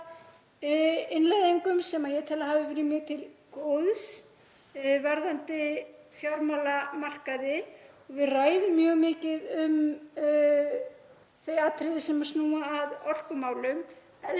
innleiðingum sem ég tel að hafi verið mjög til góðs varðandi fjármálamarkaði. Við ræðum mjög mikið um þau atriði sem snúa að orkumálum,